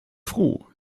froh